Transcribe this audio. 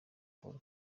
paul